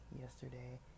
yesterday